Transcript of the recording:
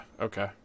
Okay